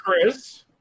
Chris